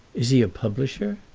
is he a publisher?